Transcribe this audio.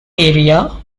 area